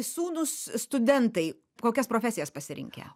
sūnūs studentai kokias profesijas pasirinkę